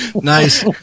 Nice